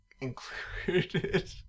included